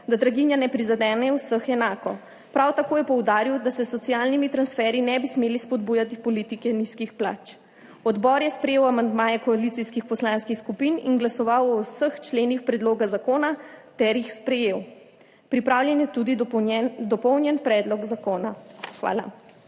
da draginja ne prizadene vseh enako. Prav tako je poudaril, da se s socialnimi transferji ne bi smeli spodbujati politike nizkih plač. Odbor je sprejel amandmaje koalicijskih poslanskih skupin in glasoval o vseh členih predloga zakona ter jih sprejel. Pripravljen je tudi dopolnjeni predlog zakona. Hvala.